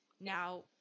Now